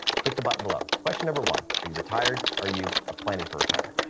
click the button below. question number one. are you retired? are you ah planning for retirement?